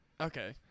Okay